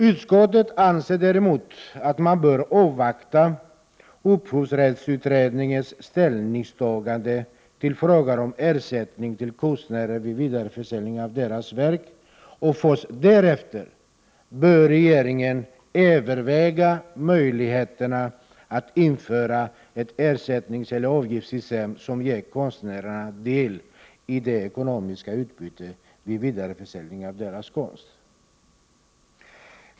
Utskottet anser däremot att man bör avvakta upphovsrättsutredningens ställningstagande när det gäller frågan om ersättning till konstnärer vid vidareförsäljning av deras verk, och därefter bör regeringen överväga möjligheterna att införa ett ersättningseller avgiftssystem som ger konstnärerna del i det ekonomiska utbytet vid vidareförsäljning av deras konst.